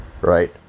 right